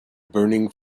burning